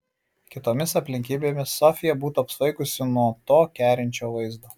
kitomis aplinkybėmis sofija būtų apsvaigusi nuo to kerinčio vaizdo